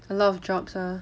a lot of jobs ah